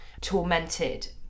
tormented